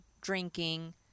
drinking